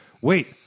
wait